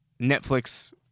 netflix